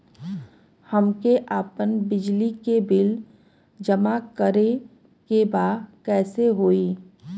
हमके आपन बिजली के बिल जमा करे के बा कैसे होई?